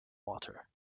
water